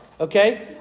Okay